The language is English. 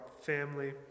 family